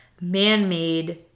man-made